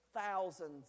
thousands